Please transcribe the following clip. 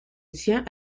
tient